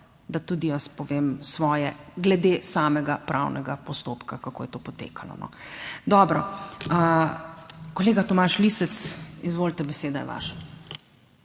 da tudi jaz povem svoje glede samega pravnega postopka, kako je to potekalo. Dobro. Kolega Tomaž Lisec, izvolite, beseda je vaša.